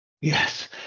Yes